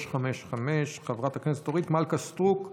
355. חברת הכנסת אורית מלכה סטרוק: